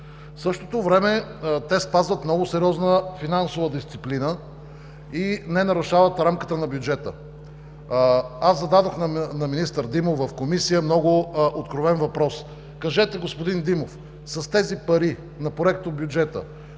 същото време те спазват много сериозна финансова дисциплина и не нарушават рамката на бюджета. Аз зададох на министър Димов в комисия много откровен въпрос: „Кажете господин Димов, с тези пари на Проектобюджета